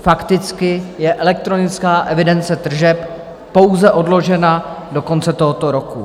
Fakticky je elektronická evidence tržeb pouze odložena do konce tohoto roku.